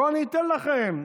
בואו אני אתן לכם.